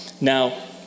Now